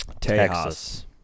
Texas